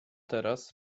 teraz